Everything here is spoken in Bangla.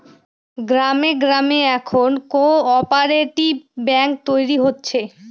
গ্রামে গ্রামে এখন কোঅপ্যারেটিভ ব্যাঙ্ক তৈরী হচ্ছে